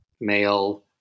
male